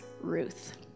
Ruth